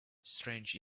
strange